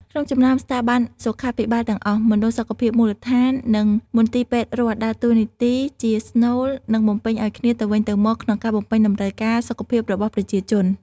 ក្នុងចំណោមស្ថាប័នសុខាភិបាលទាំងអស់ មណ្ឌលសុខភាពមូលដ្ឋាន និងមន្ទីរពេទ្យរដ្ឋ ដើរតួនាទីជាស្នូល និងបំពេញឱ្យគ្នាទៅវិញទៅមកក្នុងការបំពេញតម្រូវការសុខភាពរបស់ប្រជាជន។